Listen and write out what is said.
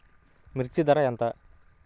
మిర్చి ధర ఎంత?